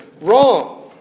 wrong